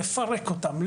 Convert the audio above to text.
לפרק אותן,